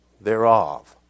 thereof